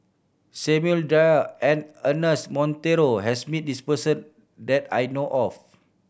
Samuel Dyer and Ernest Monteiro has met this person that I know of